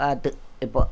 பார்த்து இப்போ